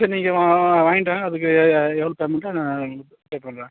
சரி நீங்கள் வாங்கிகிட்டு வாங்க அதுக்கு எவ்வளோ பேமெண்ட்டோ அதை நான் இது பேப்பண்ணுறேன்